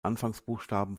anfangsbuchstaben